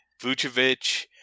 Vucevic